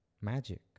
magic